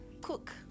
cook